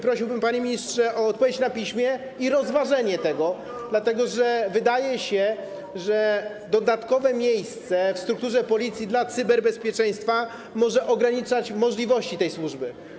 Prosiłbym, panie ministrze, o odpowiedź na piśmie i rozważenie tego, dlatego że wydaje się, że dodatkowe miejsce w strukturze Policji dla cyberbezpieczeństwa może ograniczać możliwości tej służby.